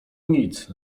nic